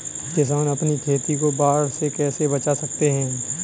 किसान अपनी खेती को बाढ़ से कैसे बचा सकते हैं?